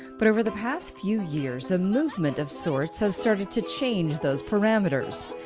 but over the past few years a movement of sorts has started to change those parameters.